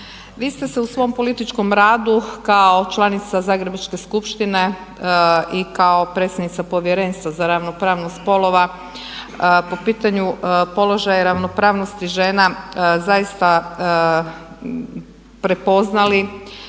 Vi ste se u svom političkom radu kao članica Zagrebačke skupštine i kao predsjednica Povjerenstva za ravnopravnost spolova po pitanju položaja i ravnopravnosti žena zaista prepoznali